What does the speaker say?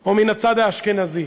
או מהצד האשכנזי?